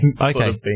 Okay